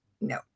No